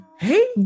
hey